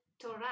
Torah